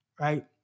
right